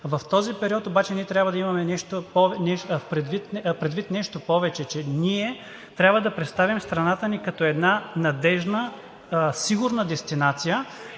В този период обаче ние трябва да имаме предвид нещо повече, че ние трябва да представим страната ни като една надеждна, сигурна дестинация